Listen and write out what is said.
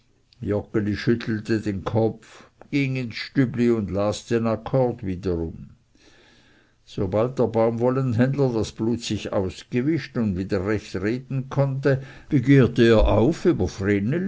schüttelte den kopf ging ins stübli und las den akkord wiederum sobald der baumwollenhändler das blut sich ausgewischt und recht wieder reden konnte begehrte er auf über